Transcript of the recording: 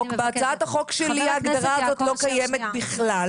בהצעת החוק שלי ההגדרה הזאת לא קיימת בכלל.